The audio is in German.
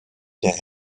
der